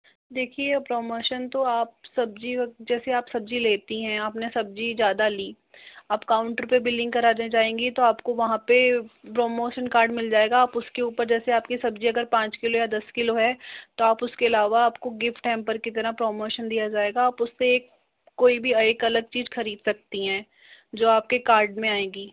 देखिए प्रमोशन तो आप सब्जियों जैसे आप सब्जी लेती हैं अपने सब्जी ज़्यादा ली अब काउंटर पर बिलिंग कराने जाएंगे तो आपको वहाँ पे प्रमोशन कार्ड मिल जाएगा आप उसके ऊपर जैसे आपकी सब्जी अगर पाँच किलो या दस किलो है तो आप उसके अलावा आपको गिफ्ट हैंपर की तरह प्रमोशन दिया जाएगा आप उससे कोई भी एक अलग चीज खरीद सकती हैं जो आपके कार्ड में आएगी